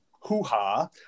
hoo-ha